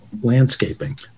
landscaping